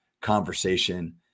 conversation